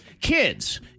kids